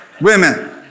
Women